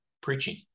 preaching